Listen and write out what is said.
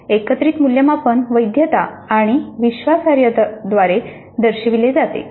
एकत्रित मूल्यमापन वैधता आणि विश्वासार्हतेद्वारे दर्शविले जाते